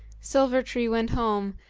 silver-tree went home,